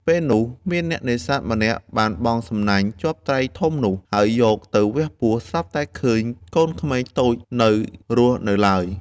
ពេលនោះ មានអ្នកនេសាទម្នាក់បានបង់សំណាញ់ជាប់ត្រីធំនោះ ហើយយកទៅវះពោះ ស្រាប់តែឃើញកូនក្មេងតូចនៅរស់នៅឡើយ។